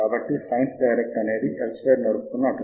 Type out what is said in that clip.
ఇక్కడ కొన్ని స్క్రీన్ షాట్లను మీకు Notepad లో చూపించాను